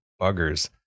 buggers